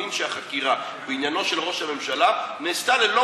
מאמין שהחקירה בעניינו של ראש הממשלה נעשתה ללא